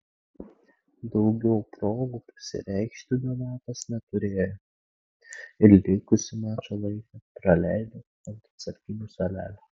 daugiau progų pasireikšti donatas neturėjo ir likusį mačo laiką praleido ant atsarginių suolelio